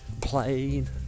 plain